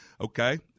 okay